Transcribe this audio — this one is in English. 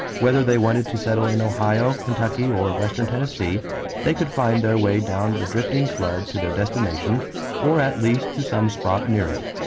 whether they wanted to settle in ohio, kentucky, or western tennessee they could find their way down the drifting flood to their destination or at least to some spot near it.